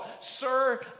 Sir